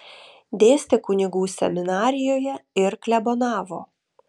dėstė kunigų seminarijoje ir klebonavo